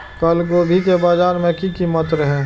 कल गोभी के बाजार में की कीमत रहे?